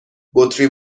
بطری